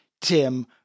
Tim